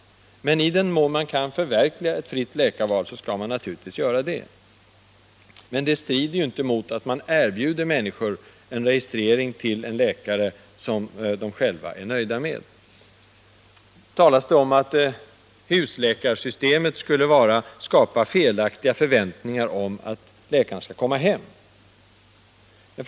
Men i den mån man kan förverkliga ett fritt läkarval skall man naturligtvis göra det. Det strider ju inte mot att man erbjuder människor en registrering till en läkare som de själva är nöjda med. Det talas om att husläkarsystemet skulle skapa felaktiga förväntningar om att läkaren skall komma hem till patienten.